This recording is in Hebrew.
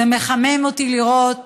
זה מחמם את ליבי לראות